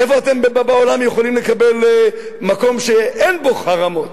איפה אתם בעולם יכולים לקבל מקום שאין בו חרמות?